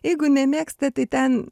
jeigu nemėgsta tai ten